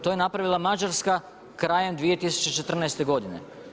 To je napravila Mađarska krajem 2014. godine.